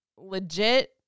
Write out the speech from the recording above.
legit